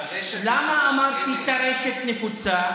טרשת נפוצה, MS. למה אמרתי טרשת נפוצה?